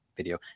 video